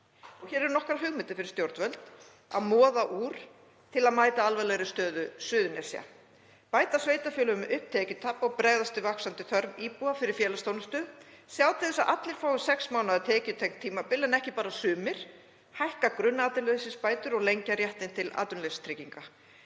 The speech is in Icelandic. Hér eru nokkrar hugmyndir fyrir stjórnvöld að moða úr til að mæta alvarlegri stöðu Suðurnesja: Bæta sveitarfélögum upp tekjutap og bregðast við vaxandi þörf íbúa fyrir félagsþjónustu, sjá til þess að allir fái sex mánaða tekjutengt tímabil en ekki bara sumir, hækka grunnatvinnuleysisbætur og lengja réttinn til atvinnuleysistrygginga,